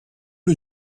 did